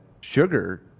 sugar